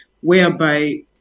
whereby